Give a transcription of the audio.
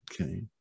okay